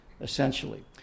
essentially